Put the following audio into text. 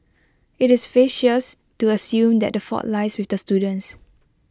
IT is facetious to assume that the fault lies with the students